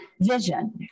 vision